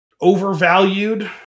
overvalued